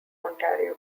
ontario